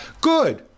Good